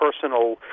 personal